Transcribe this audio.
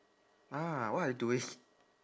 ah what are y~ doing